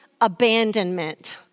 abandonment